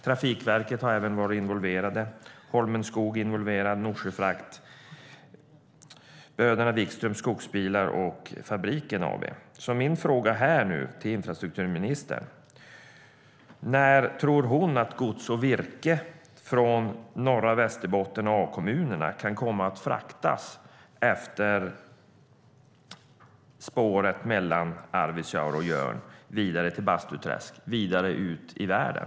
Trafikverket har även varit involverat. Holmen Skog är involverat och Norsjöfrakt är involverat liksom Bröderna Wikström Skogsbilarna AB och Fabriken AB. Min fråga till infrastrukturministern är: När tror ministern att gods och virke från norra Västerbotten och A-kommunerna kan komma att fraktas på spåret mellan Arvidsjaur och Jörn, vidare till Bastuträsk och sedan ut i världen?